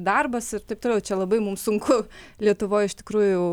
darbas ir taip toliau čia labai mums sunku lietuvoj iš tikrųjų